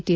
T